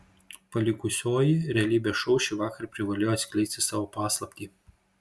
palikusioji realybės šou šįvakar privalėjo atskleisti savo paslaptį